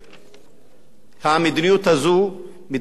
המדיניות הזאת היא מדיניות שמגלה אטימות,